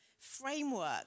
framework